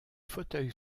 fauteuils